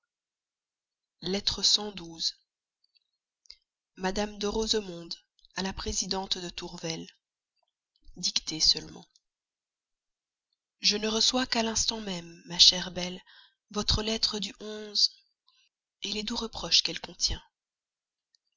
de madame de rosemonde à la présidente tourvel dictée seulement je ne reçois qu'à l'instant même ma chère belle votre lettre du et les doux reproches qu'elle contient